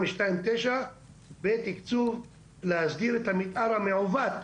2/ 9 ותקצוב על מנת להסדיר את המתאר המעוות.